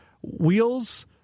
Wheels